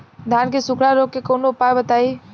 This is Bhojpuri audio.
धान के सुखड़ा रोग के कौनोउपाय बताई?